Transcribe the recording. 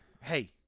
Hey